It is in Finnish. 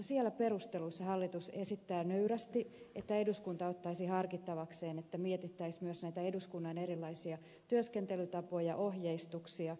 siellä perusteluissa hallitus esittää nöyrästi että eduskunta ottaisi harkittavakseen että mietittäisiin myös näitä eduskunnan erilaisia työskentelytapoja ohjeistuksia